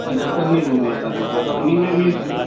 अच्छा सन्ही बूंदी अञा खपेव त उन में बि